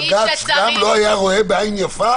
בג"ץ לא היה רואה בעין יפה